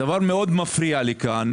שמאוד מפריע לי כאן.